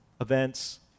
events